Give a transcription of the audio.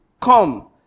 come